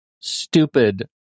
stupid